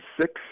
six